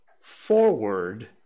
Forward